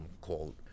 called